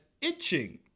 itching